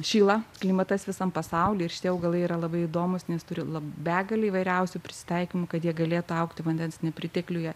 šyla klimatas visam pasauly ir šitie augalai yra labai įdomūs nes turi begalę įvairiausių prisitaikymų kad jie galėtų augti vandens nepritekliuje